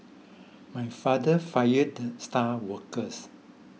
my father fired the star workers